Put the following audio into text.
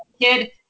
kid